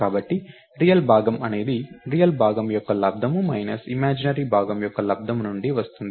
కాబట్టి రియల్ భాగం అనేది రియల్ భాగం యొక్క లబ్దము మైనస్ ఇమాజినరీ భాగం యొక్క లబ్దము నుండి వస్తుంది